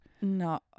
No